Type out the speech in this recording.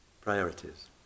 priorities